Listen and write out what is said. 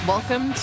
Welcome